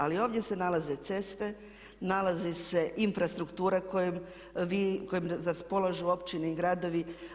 Ali ovdje se nalaze ceste, nalazi se infrastruktura kojom raspolažu općine i gradovi.